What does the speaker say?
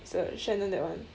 it's uh shannon that one